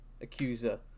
accuser